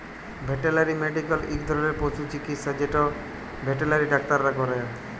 veterinary medical ইক ধরলের পশু চিকিচ্ছা যেট ভেটেলারি ডাক্তাররা ক্যরে